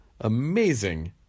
amazing